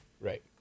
Right